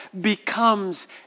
becomes